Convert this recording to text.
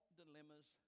dilemmas